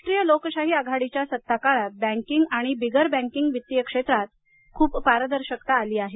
राष्ट्रीय लोकशाही आघाडीच्या सत्ताकाळात बँकिंग आणि बिगर बँकिंग वित्तीयक्षेत्रात खूप पारदर्शकता आली आहे